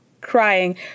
crying